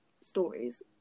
stories